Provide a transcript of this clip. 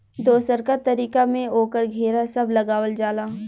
दोसरका तरीका में ओकर घेरा सब लगावल जाला